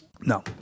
No